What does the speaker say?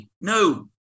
no